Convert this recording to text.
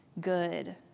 good